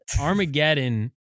Armageddon